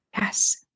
Yes